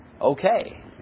okay